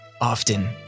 often